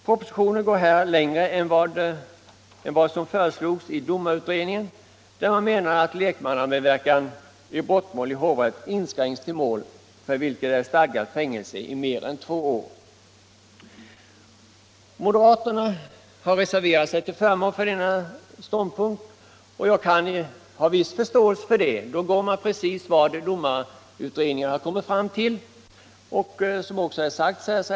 Propositionen går här längre än vad som föreslogs i domarutredningen, där man menade att lekmannamedverkan i brottmål i hovrätt bör inskränkas till mål för vilket är stadgat fängelse i mer än två år. Moderaterna har reserverat sig till förmån för denna ståndpunkt, och jag kan ha viss förståelse för det. Då går man precis efter vad domarutredningen kommit fram till.